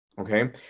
okay